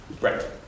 Right